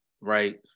right